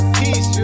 peace